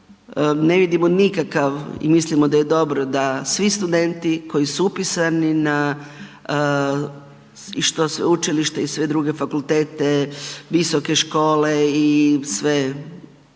ne vidimo nikakav i mislimo da je dobro da svi studenti koji su upisani na i što sveučilište i sve druge fakultete, visoke škole i sve